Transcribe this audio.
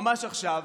ממש עכשיו,